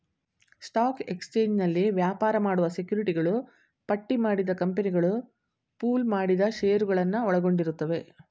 stock ಎಕ್ಸ್ಚೇಂಜ್ನಲ್ಲಿ ವ್ಯಾಪಾರ ಮಾಡುವ ಸೆಕ್ಯುರಿಟಿಗಳು ಪಟ್ಟಿಮಾಡಿದ ಕಂಪನಿಗಳು ಪೂಲ್ ಮಾಡಿದ ಶೇರುಗಳನ್ನ ಒಳಗೊಂಡಿರುತ್ತವೆ